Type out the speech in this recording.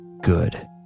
Good